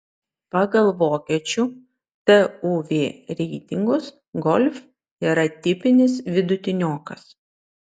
pagal vokiečių tuv reitingus golf yra tipinis vidutiniokas